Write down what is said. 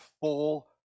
full